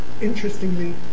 Interestingly